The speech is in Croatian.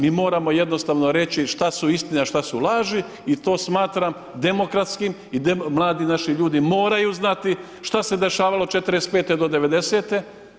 Mi moramo jednostavno reći šta su istine, a šta su laži i to smatram demokratskim i mladi naši ljudi moraju znati šta se dešavalo '45. do devedesete.